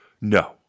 no